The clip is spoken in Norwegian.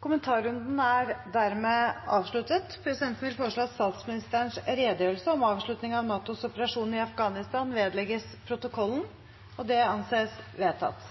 Kommentarrunden er dermed avsluttet. Presidenten vil foreslå at statsministerens redegjørelse om avslutning av NATOs operasjon i Afghanistan vedlegges protokollen. – Det anses vedtatt.